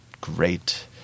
great